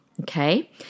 Okay